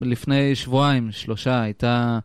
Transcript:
ולפני שבועיים, שלושה, הייתה...